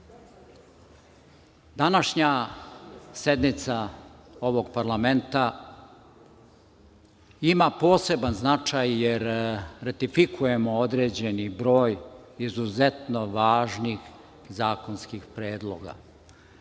današnja sednica ovog parlamenta ima poseban značaj, jer ratifikujemo određeni broj izuzetno važnih zakonskih predloga,